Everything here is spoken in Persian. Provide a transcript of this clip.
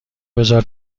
بزار